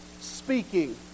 speaking